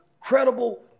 credible